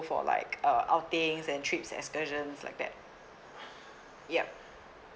for like uh outings and trips excursions like that yup